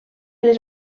les